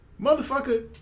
Motherfucker